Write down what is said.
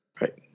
Right